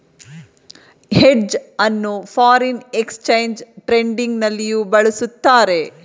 hedge ಅನ್ನು foreign exchange trading ನಲ್ಲಿಯೂ ಬಳಸುತ್ತಾರೆ